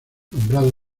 nombrado